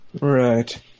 Right